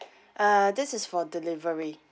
uh this is for delivery